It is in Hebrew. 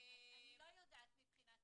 יודעת מבחינה טכנולוגית,